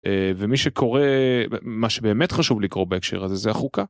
ומי שקורא מה שבאמת חשוב לקרוא בהקשר הזה זה החוקה.